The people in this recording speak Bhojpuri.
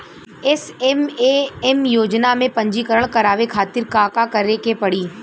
एस.एम.ए.एम योजना में पंजीकरण करावे खातिर का का करे के पड़ी?